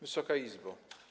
Wysoka Izbo!